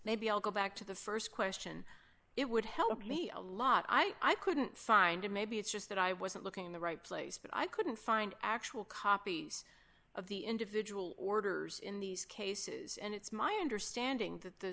maybe i'll go back to the st question it would help me a lot i couldn't find it maybe it's just that i wasn't looking in the right place but i couldn't find actual copies of the individual orders in these cases and it's my understanding that the